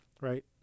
right